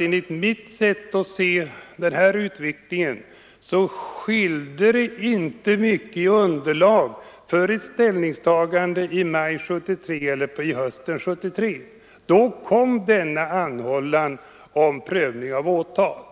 Enligt mitt sätt att se utvecklingen var det inte mycket som skilde i fråga om underlag mellan maj 1973 och hösten 1973, då denna anmälan om prövning av åtal kom.